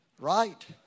Right